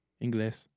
English